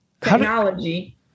technology